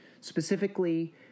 specifically